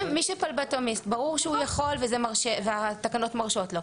מי שהוא פלבוטומיסט ברור שהוא יכול והתקנות מרשות לו.